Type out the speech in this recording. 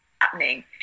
happening